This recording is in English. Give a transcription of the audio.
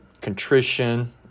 contrition